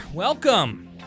Welcome